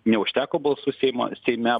neužteko balsų seimo seime